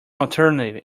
alternative